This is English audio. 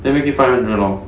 then make it five hundred lor